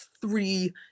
three